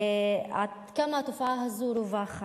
עד כמה התופעה הזאת רווחת.